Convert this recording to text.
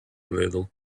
little